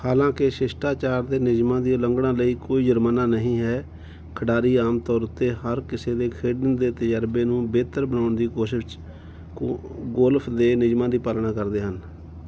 ਹਾਲਾਂਕਿ ਸ਼ਿਸ਼ਟਾਚਾਰ ਦੇ ਨਿਯਮਾਂ ਦੀ ਉਲੰਘਣਾ ਲਈ ਕੋਈ ਜਰਮਾਨਾ ਨਹੀਂ ਹੈ ਖਿਡਾਰੀ ਆਮ ਤੌਰ ਉੱਤੇ ਹਰ ਕਿਸੇ ਦੇ ਖੇਡਣ ਦੇ ਤਜਰਬੇ ਨੂੰ ਬਿਹਤਰ ਬਣਾਉਣ ਦੀ ਕੋਸ਼ਿਸ਼ ਵਿੱਚ ਗੋਲਫ ਦੇ ਨਿਯਮਾਂ ਦੀ ਪਾਲਣਾ ਕਰਦੇ ਹਨ